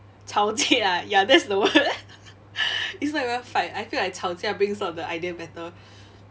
吵架 ya that's the word it's not even a fight I feel like 吵架 brings out the idea better